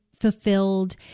fulfilled